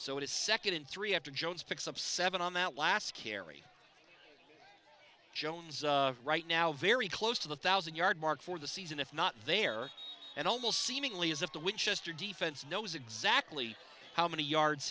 so it is second in three after jones picks up seven on that last carry jones right now very close to the thousand yard mark for the season if not there and almost seemingly as if the winchester defense knows exactly how many yards